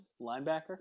linebacker